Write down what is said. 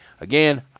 Again